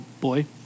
boy